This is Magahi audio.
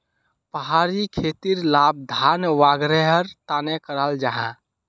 पहाड़ी खेतीर लाभ धान वागैरहर तने कराल जाहा